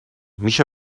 میشه